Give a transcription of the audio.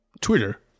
Twitter